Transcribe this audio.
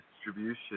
distribution